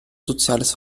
soziales